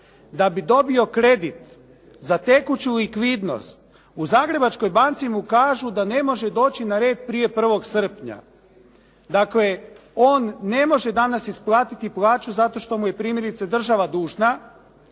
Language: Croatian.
da bi dobio kredit za tekuću likvidnost u Zagrebačkoj banci mu kažu da ne može doći na red prije 1. srpnja. Dakle, on ne može danas isplatiti plaću zato što mu je primjerice država dužna,